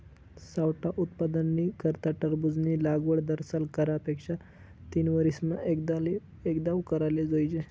सावठा उत्पादननी करता टरबूजनी लागवड दरसाल करा पेक्षा तीनवरीसमा एकदाव कराले जोइजे